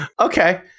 Okay